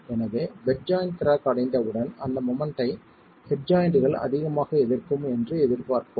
எனவே bed joint crack அடைந்தவுடன் அந்த மொமெண்ட்டை ஹெட் ஜாய்ண்ட்கள் அதிகமாக எதிர்க்கும் என்று எதிர்பார்க்கும்